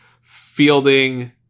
fielding